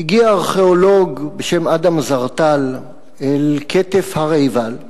הגיע ארכיאולוג בשם אדם זרטל אל כתף הר עיבל,